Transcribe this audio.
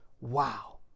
Wow